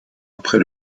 après